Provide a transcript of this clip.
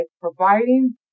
providing